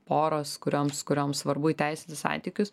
poros kurioms kurioms svarbu įteisinti santykius